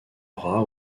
bras